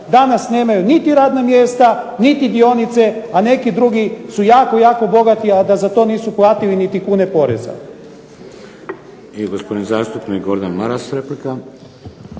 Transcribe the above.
Danas nemaju niti radna mjesta, niti dionice a neki drugi su jako bogati a da za to nisu platili niti kune poreza.